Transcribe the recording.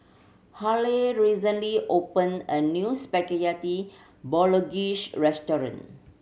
Haley recently opened a new Spaghetti Bolognese restaurant